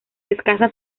escasas